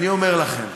אני אומר לכם,